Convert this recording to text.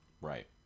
Right